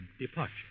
departure